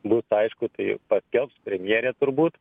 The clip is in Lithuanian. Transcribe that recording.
bus aišku tai paskelbs premjerė turbūt